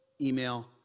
email